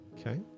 okay